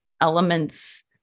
elements